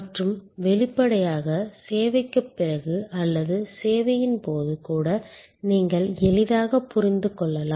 மற்றும் வெளிப்படையாக சேவைக்குப் பிறகு அல்லது சேவையின் போது கூட நீங்கள் எளிதாகப் புரிந்து கொள்ளலாம்